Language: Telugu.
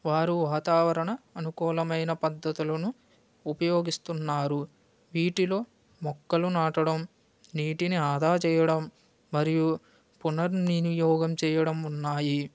వారు వాతావరణ అనుకూలమైన పద్ధతులను ఉపయోగిస్తున్నారు వీటిలో మొక్కలు నాటడం నీటిని ఆదా చేయడం మరియు పునర్వినియోగం చేయడం ఉన్నాయి